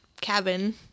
cabin